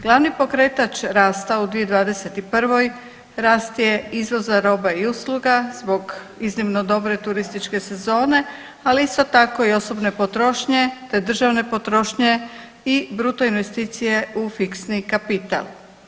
Glavni pokretač rasta u 2021. rast je izvoza roba i usluga zbog iznimno dobre turističke sezone, ali isto tako i osobne potrošnje te državne potrošnje i bruto investicije u fiksni kapital.